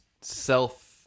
self